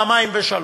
פעמיים ושלוש,